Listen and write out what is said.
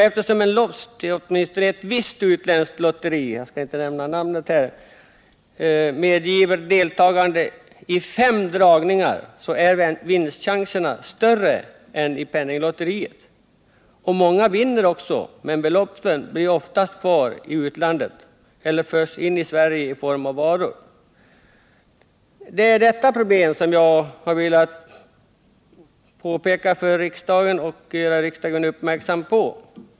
Eftersom en lott, åtminstone i ett visst utländskt lotteri som jag inte skall nämna namnet på, medgiver deltagande i fem dragningar är vinstchanserna större än i Penninglotteriet. Många vinner också, men beloppen blir oftast kvar i utlandet eller förs in i Sverige i form av varor. Det är detta problem jag har velat göra riksdagen uppmärksam på.